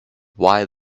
why